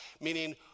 meaning